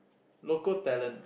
local talent